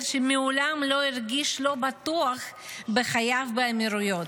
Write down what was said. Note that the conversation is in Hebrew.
שמעולם לא הרגיש לא בטוח בחייו באמירויות,